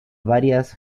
varias